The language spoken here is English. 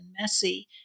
messy